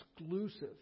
exclusive